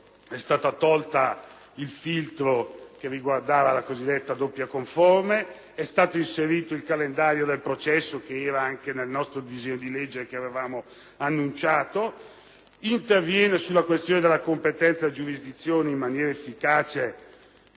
esempio, il filtro che riguardava la cosiddetta doppia conforme; è stato inserito il calendario del processo, contenuto anche nel nostro disegno di legge e che avevamo annunciato; si interviene sulla questione della competenza della giurisdizione in maniera efficace,